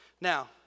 Now